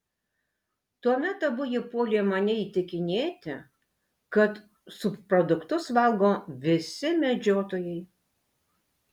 tuomet abu jie puolė mane įtikinėti kad subproduktus valgo visi medžiotojai